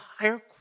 higher